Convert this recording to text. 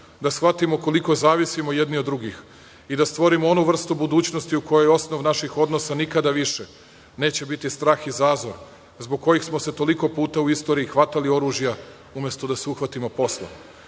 da shvatimo koliko zavisimo jedni od drugih i da stvorimo onu vrstu budućnosti u kojoj osnov naših odnosa nikada više neće biti strah i zazor zbog kojih smo se toliko puta u istoriji hvatali oružja, umesto da se uhvatimo posla. To